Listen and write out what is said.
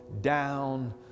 down